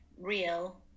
real